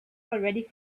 already